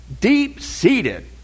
Deep-seated